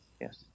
Yes